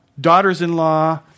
daughters-in-law